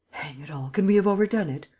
it all, can we have overdone it?